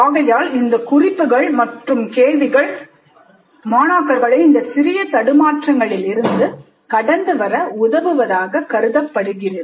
ஆகையால் இந்த குறிப்புகள் மற்றும் கேள்விகள் மாணாக்கர்களை இந்தச் சிறிய தடுமாற்றங்களில் இருந்து கடந்து வர உதவுவதாகக் கருதப்படுகிறது